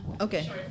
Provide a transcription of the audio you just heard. Okay